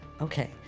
Okay